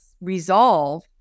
resolve